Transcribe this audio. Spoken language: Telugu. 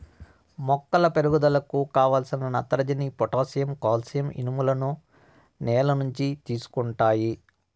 మొక్కల పెరుగుదలకు కావలసిన నత్రజని, పొటాషియం, కాల్షియం, ఇనుములను నేల నుంచి తీసుకుంటాయి